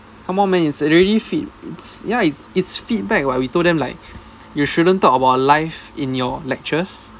come on man it's already feed~ ya it's feedback [what] we told them like you shouldn't talk about life in your lectures